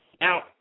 Now